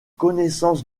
connaissances